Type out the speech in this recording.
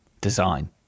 design